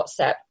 WhatsApp